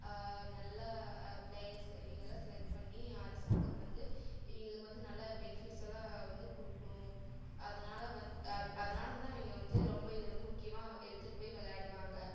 நல்ல பிளேயர்ஸ் இவங்களாம் செலக்ட் பண்ணி அரசாங்கம் வந்து இவங்களுக்கு வந்து நல்ல பெனிஃபிட்ஸ்லாம் வந்து கொடுக்குணும் அதனால வந்து அவங்க வந்து ரொம்ப இதை வந்து எடுத்துட்டு போய் விளையாடுவாங்க